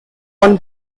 one